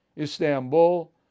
Istanbul